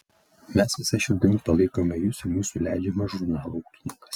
mes visa širdimi palaikome jus ir jūsų leidžiamą žurnalą ūkininkas